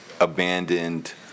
abandoned